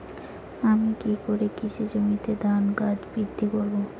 আমি কী করে কৃষি জমিতে ধান গাছ বৃদ্ধি করব?